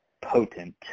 potent